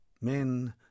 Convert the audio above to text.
Men